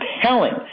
compelling